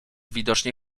widocznie